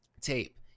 tape